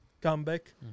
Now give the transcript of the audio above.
comeback